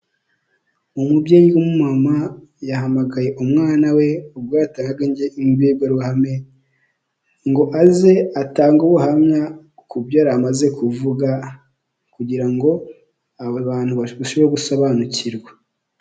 Umubyeyi w'umumama yahamagaye umwana we ubwo yatanga imbwirwaruhame ngo aze atange ubuhamya kubyo yari amaze kuvuga kugira ngo abantu barusheho gusobanukirwa.